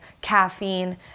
caffeine